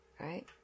right